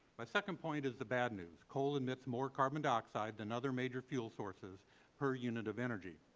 my second point is the bad new coal emits more carbon dioxide than other major fuel sources per unit of energy,